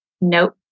nope